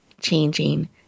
changing